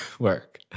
work